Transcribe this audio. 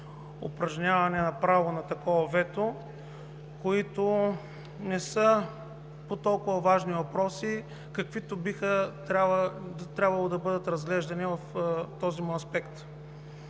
упражняване право на такова вето, които не са по толкова важни въпроси, каквито би трябвало да бъдат разглеждани в този му аспект.